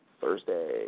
Thursday